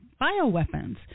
bioweapons